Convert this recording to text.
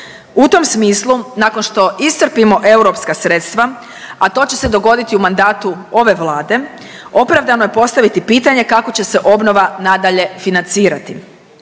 U tom smislu nakon što iscrpimo europska sredstva, a to će se dogoditi u mandatu ove Vlade opravdano je postaviti pitanje kako će se obnova nadalje financirati?